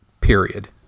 Period